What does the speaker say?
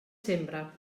sembra